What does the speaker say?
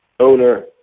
owner